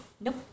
Nope